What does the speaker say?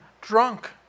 drunk